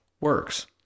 works